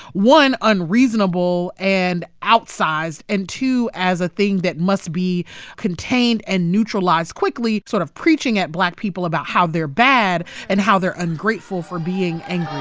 one, unreasonable and outsized and, two, as a thing that must be contained and neutralized quickly sort of preaching at black people about how they're bad and how they're ungrateful for being angry